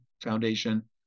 Foundation